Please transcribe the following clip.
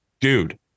dude